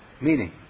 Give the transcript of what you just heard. meaning